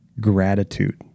gratitude